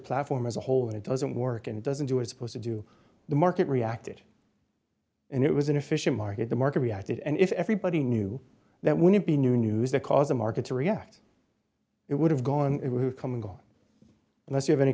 platform as a whole and it doesn't work and doesn't do it supposed to do the market reacted and it was an efficient market the market reacted and if everybody knew that wouldn't be new news because the market to react it would have gone it would come and go unless you have any